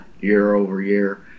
year-over-year